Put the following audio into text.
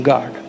God